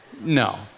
No